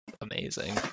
amazing